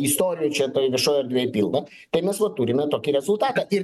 istorijų čia toj viešoj erdvėj pilna kai mes vat turime tokį rezultatąir